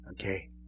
Okay